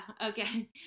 okay